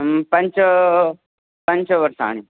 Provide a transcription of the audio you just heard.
पञ्च पञ्चवर्षाणि